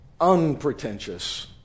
Unpretentious